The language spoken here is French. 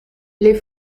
les